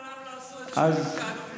מעולם לא עשו שום מפקד אוכלוסין.